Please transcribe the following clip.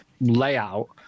layout